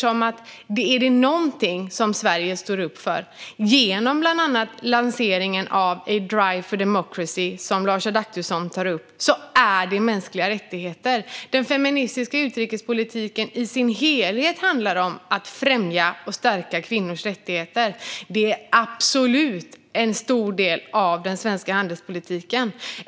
Om det är någonting som Sverige står upp för - bland annat genom lanseringen av Drive for Democracy, som Lars Adaktusson tog upp - är det mänskliga rättigheter. Den feministiska utrikespolitiken i sin helhet handlar om att främja och stärka kvinnors rättigheter. Det är absolut en stor del av den svenska handelspolitiken.